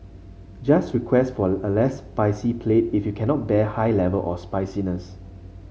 just request for a less spicy plate if you cannot bear high level of spiciness